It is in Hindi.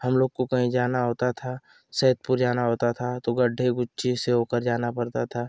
हम लोग को कहीं जाना होता था सैदपुर जाना होता था तो गड्ढे गुच्चे से होकर जाना पड़ता था